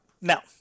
Now